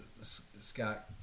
Scott